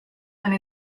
and